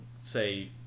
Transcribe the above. say